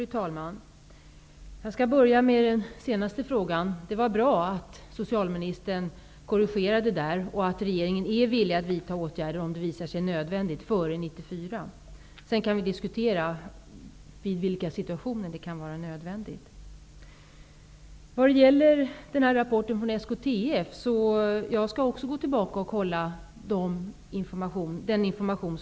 Fru talman! Jag skall börja med den sista frågan. Det var bra att socialministern korrigerade på den punkten och sade att regeringen är villig att vidta åtgärder före 1994 om det skulle visa sig nödvändigt. Sedan kan vi diskutera i vilka situationer det kan vara nödvändigt. Vad gäller SKTF:s rapport vill jag säga att jag också skall kontrollera den information som där ges.